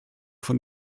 von